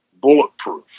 bulletproof